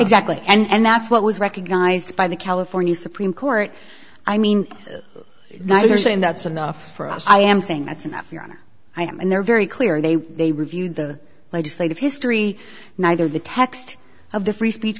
exactly and that's what was recognized by the california supreme court i mean now you're saying that's enough for us i am saying that's enough your honor i am and they're very clear they they reviewed the legislative history neither the text of the free speech